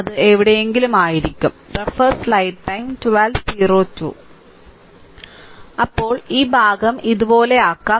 അത് എവിടെയെങ്കിലും ആയിരിക്കും അപ്പോൾ ഈ ഭാഗം ഇതുപോലെയാക്കാം